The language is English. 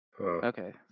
Okay